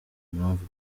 mpamvu